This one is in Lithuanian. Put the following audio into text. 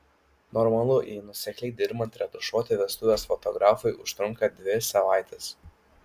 normalu jei nuosekliai dirbant retušuoti vestuves fotografui užtrunka dvi savaites